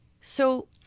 So-